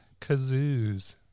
kazoos